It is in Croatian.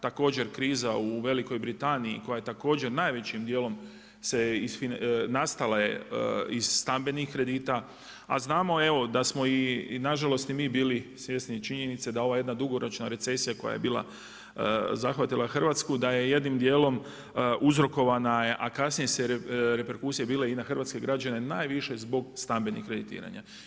Također, kriza u Velikoj Britaniji, koja je također najvećim djelom nastala iz stambenih kredita, a znamo evo da smo i nažalost i mi bili svjesni činjenice da ova jedna dugoročna recesija koja je bila zahvatila Hrvatsku, da je jednim dijelom uzrokovana, a kasnije su reperkusije bile i na hrvatske građane, najviše zbog stambenih kreditiranja.